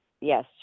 yes